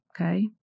okay